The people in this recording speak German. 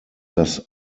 das